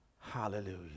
Hallelujah